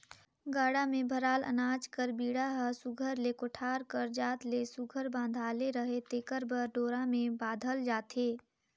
गाड़ा मे भराल अनाज कर बीड़ा हर सुग्घर ले कोठार कर जात ले सुघर बंधाले रहें तेकर बर डोरा मे बाधल जाथे